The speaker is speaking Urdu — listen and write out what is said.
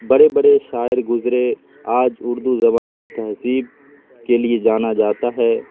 بڑے بڑے شاعر گزرے آج اردو زبان میں تہذیب کے لیے جانا جاتا ہے